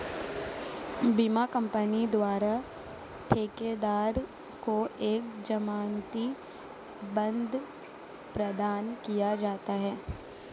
बीमा कंपनी द्वारा ठेकेदार को एक जमानती बांड प्रदान किया जाता है